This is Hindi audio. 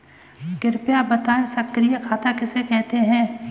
कृपया बताएँ सक्रिय खाता किसे कहते हैं?